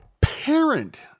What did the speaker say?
parent